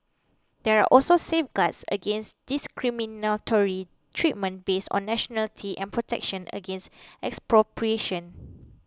there are also safeguards against discriminatory treatment based on nationality and protection against expropriation